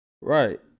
Right